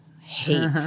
hate